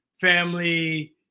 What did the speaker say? family